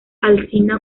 alsina